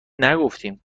نگفتیم